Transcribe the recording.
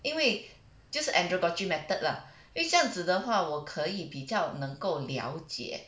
因为就是 andragogy method lah 这样子的话我可以比较能够了解